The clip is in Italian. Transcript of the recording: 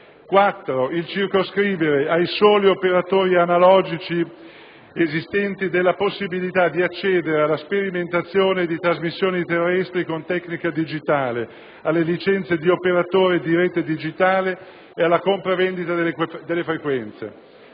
il circoscrivere ai soli operatori analogici esistenti della possibilità di accedere alla sperimentazione di trasmissioni terrestri con tecnica digitale, alle licenze di operatore di rete digitale e alla compravendita delle frequenze;